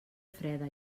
freda